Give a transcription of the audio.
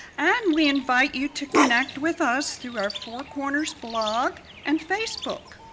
and we invite you to connect with us through our four corners blog and facebook.